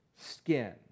skin